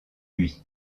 lui